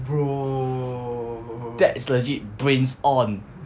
that's legit brains on